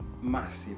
massive